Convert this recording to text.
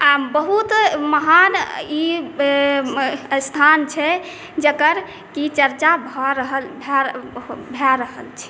आ बहुत महान ई स्थान छै जकर की चर्चा भऽ रहल भऽ रहल छै